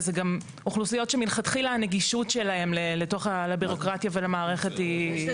ואלה אוכלוסיות שמלכתחילה הנגישות שלהן לבירוקרטיה ולמערכת היא קשה.